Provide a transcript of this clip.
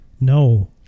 no